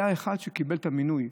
היה אחד שקיבל את המינוי,